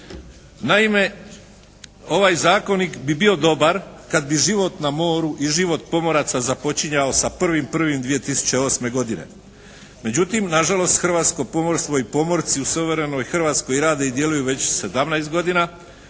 Naime, ovaj zakonik bi bio dobar kada bi život na moru i život pomoraca započinjao sa 1.1.2008. godine. Međutim, na žalost hrvatsko pomorstvo i pomorci u suverenoj Hrvatskoj rade i djeluju već 17 godina